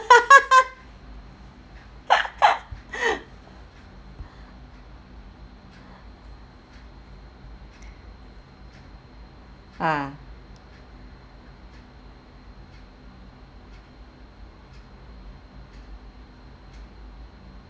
ah